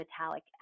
metallic